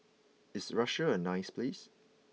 is Russia a nice place